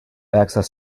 access